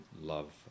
love